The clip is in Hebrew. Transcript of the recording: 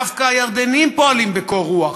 דווקא הירדנים פועלים בקור רוח.